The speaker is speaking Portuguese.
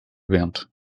vento